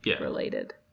related